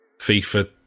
FIFA